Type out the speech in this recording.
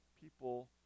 people